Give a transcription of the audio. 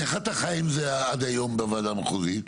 איך אתה חיי עם זה עד היום בוועדה המחוזית?